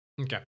Okay